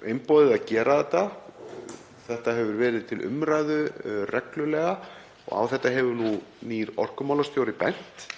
einboðið að gera þetta. Þetta hefur verið til umræðu reglulega og á þetta hefur nú nýr orkumálastjóri bent